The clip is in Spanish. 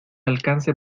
alcance